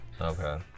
Okay